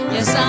Yes